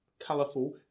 colourful